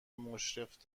مشرف